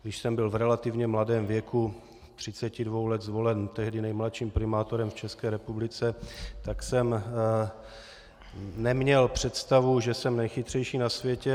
Když jsem byl v relativně mladém věku 32 let zvolen tehdy nejmladším primátorem v České republice, tak jsem neměl představu, že jsem nejchytřejší na světě.